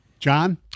John